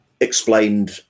explained